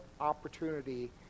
opportunity